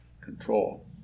Control